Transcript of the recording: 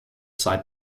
side